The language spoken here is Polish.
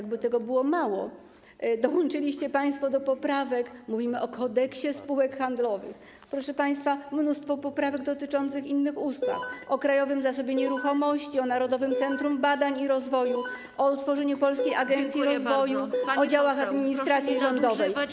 Jakby tego było mało, dołączyliście państwo do poprawek - mówimy o Kodeksie spółek handlowych, proszę państwa -mnóstwo poprawek dotyczących innych ustaw, np. ustaw o Krajowym Zasobie Nieruchomości, o Narodowym Centrum Badań i Rozwoju, o utworzeniu polskiej agencji rozwoju, o działach administracji rządowej.